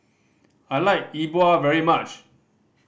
I like Yi Bua very much